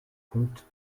contes